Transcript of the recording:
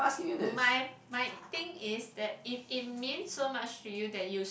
my my thing is that if it mean so much to you that you